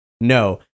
No